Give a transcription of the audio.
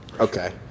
Okay